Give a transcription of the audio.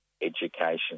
education